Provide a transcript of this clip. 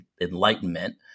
Enlightenment